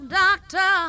doctor